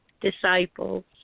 disciples